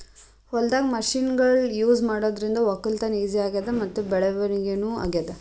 ಹೊಲ್ದಾಗ್ ಮಷಿನ್ಗೊಳ್ ಯೂಸ್ ಮಾಡಾದ್ರಿಂದ ವಕ್ಕಲತನ್ ಈಜಿ ಆಗ್ಯಾದ್ ಮತ್ತ್ ಬೆಳವಣಿಗ್ ನೂ ಆಗ್ಯಾದ್